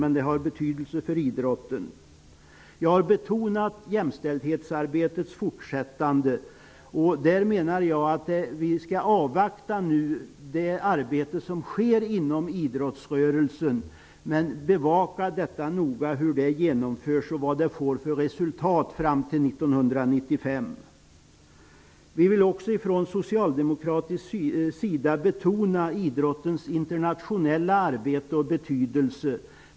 Men det har betydelse för idrotten. Jag har betonat att det är viktigt att fortsätta med jämställdhetsarbetet. Jag menar att vi skall avvakta det arbete som sker inom idrottsrörelsen. Vi skall dock noga bevaka hur det genomförs och vilket resultat det får fram till 1995. Från socialdemokratisk sida vill vi också betona idrottens internationella arbete och betydelse.